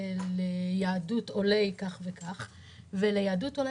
אבל ליהדות בולגריה אין.